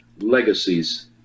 legacies